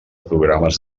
programes